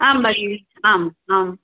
आं भगिनि आम् आं